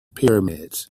pyramids